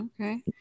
Okay